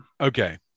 okay